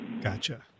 Gotcha